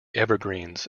evergreens